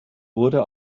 wurde